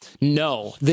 No